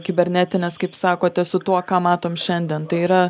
kibernetinės kaip sakote su tuo ką matom šiandien tai yra